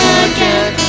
again